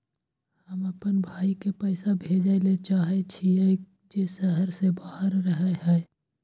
हम अपन भाई के पैसा भेजय ले चाहय छियै जे शहर से बाहर रहय हय